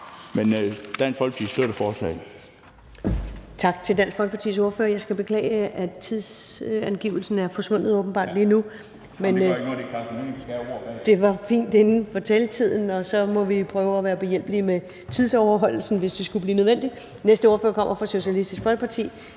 Men Dansk Folkeparti støtter forslaget.